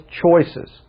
choices